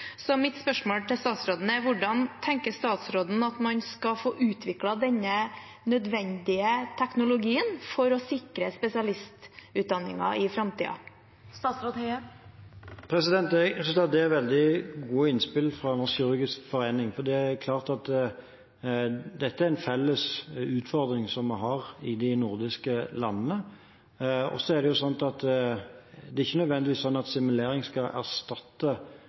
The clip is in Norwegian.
Så mitt spørsmål til statsråden er: Hvordan tenker statsråden at man skal få utviklet denne nødvendige teknologien for å sikre spesialistutdanningen i framtiden? Jeg synes at det er veldig gode innspill fra Norsk kirurgisk forening, for det er klart at dette er en felles utfordring som vi har i de nordiske landene. Det er ikke nødvendigvis sånn at simulering skal erstatte